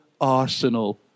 Arsenal